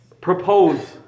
propose